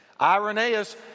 Irenaeus